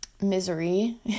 misery